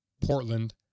Portland